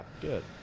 good